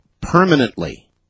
permanently